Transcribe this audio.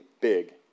big